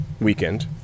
weekend